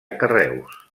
carreus